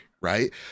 right